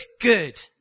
good